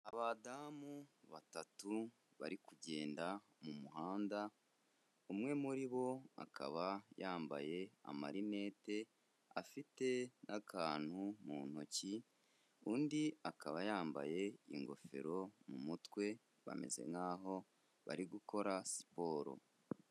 Abadamu batatu bari kugenda mu muhanda, umwe muri bo akaba yambaye amarinete, afite n'akantu mu ntoki, undi akaba yambaye ingofero mu mutwe, bameze nk'aho bari gukora siporo.